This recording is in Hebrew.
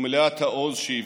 ומלאת העוז שהפגינו.